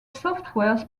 software